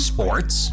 Sports